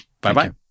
Bye-bye